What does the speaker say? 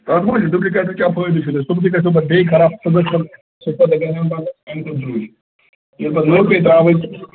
تتھ ما چھُ ڈُبلِکیٹس کیٛاہ فٲیدٕ چھُو تیٚلہِ ڈُبلِکیٹ چھُ پتہٕ بیٚیہِ خراب سُہ گژھن سُہ چھُ پتہٕ گژھان اَمہِ کھۅتہٕ درٛۅگٕے ییٚلہِ پتہٕ نوٚو پیٚیہِ ترٛاوٕنۍ